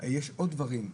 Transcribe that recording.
עוד דברים.